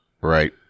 Right